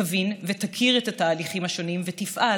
תבין ותכיר את התהליכים השונים ותפעל